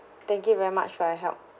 thank you very much for your help